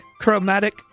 chromatic